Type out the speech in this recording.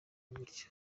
bityo